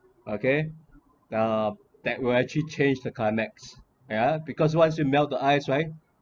okay uh that will actually change the climates ya because once you melt the ice right